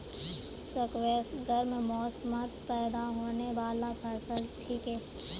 squash गर्म मौसमत पैदा होने बाला फसल छिके